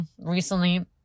recently